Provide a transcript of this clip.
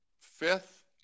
fifth